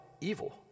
evil